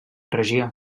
regió